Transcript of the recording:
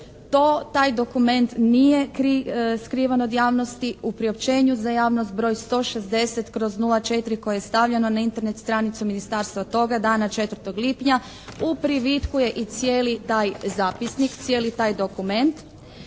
Taj dokument nije skrivan od javnosti. U priopćenju za javnost broj 160/04. koje je stavljeno na Internet stranicu ministarstva, toga dana 4. lipnja, u privitku je i cijeli taj zapisnik, cijeli taj dokument